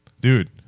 dude